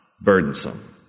burdensome